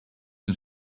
hun